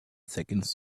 seconds